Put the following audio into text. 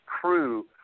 crew